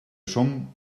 són